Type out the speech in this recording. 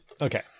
okay